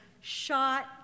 shot